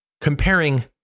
comparing